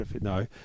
no